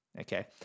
okay